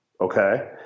Okay